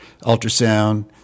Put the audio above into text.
ultrasound